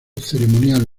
ceremonial